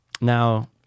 Now